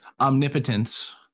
omnipotence